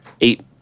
eight